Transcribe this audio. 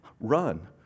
run